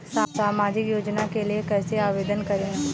सामाजिक योजना के लिए कैसे आवेदन करें?